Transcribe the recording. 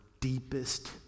deepest